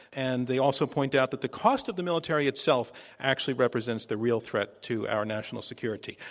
and they also point out that the cost of the military itself actually represents the real threat to our national security.